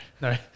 no